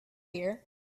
here